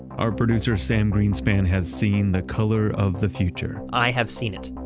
our producer, sam greenspan has seen the color of the future. i have seen it.